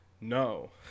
No